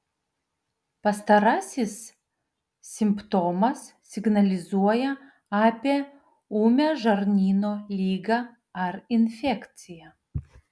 pastarasis simptomas signalizuoja apie ūmią žarnyno ligą ar infekciją